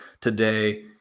today